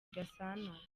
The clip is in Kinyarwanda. gasana